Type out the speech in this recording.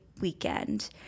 weekend